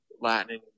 Latin